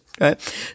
right